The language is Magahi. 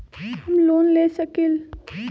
हम लोन ले सकील?